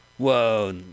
Whoa